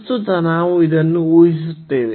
ಪ್ರಸ್ತುತ ನಾವು ಇದನ್ನು ಊಹಿಸುತ್ತೇವೆ